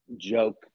joke